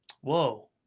Whoa